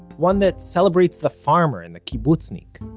one that celebrates the farmer and the kibbutznik,